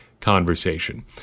Conversation